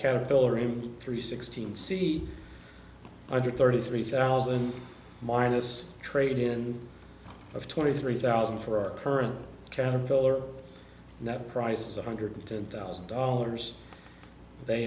caterpillar in three sixteen c under thirty three thousand minus trade in of twenty three thousand for our current caterpillar and that price is a hundred ten thousand dollars they